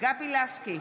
גבי לסקי,